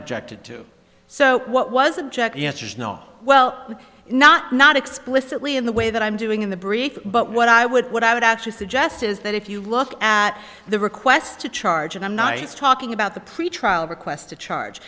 objected to so what was object yes yes no well not not explicitly in the way that i'm doing in the brief but what i would what i would actually suggest is that if you look at the request to charge and i'm not talking about the pretrial request to charge